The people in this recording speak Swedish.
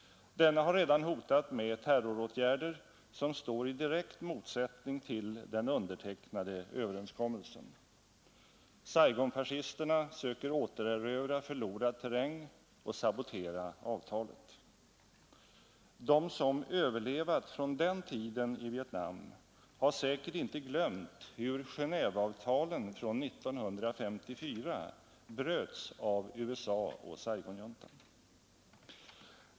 Denne har redan hotat med terroråtgärder som står i direkt motsättning till den undertecknade överenskommelsen. Saigonfascisterna söker återerövra förlorad terräng och sabotera avtalet. De som överlevt från den tiden i Vietnam har säkert inte glömt hur Gentveavtalen från 1954 bröts av USA och Saigonjuntan.